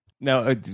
no